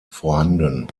vorhanden